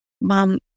mom